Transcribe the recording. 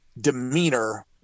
demeanor